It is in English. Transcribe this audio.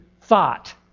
thought